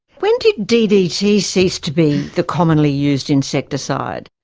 when did ddt cease to be the commonly used insecticide?